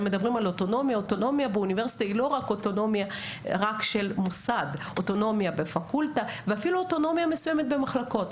אוטונומיה באוניברסיטה היא גם פנים פקולטה ואפילו בתוך מחלקות,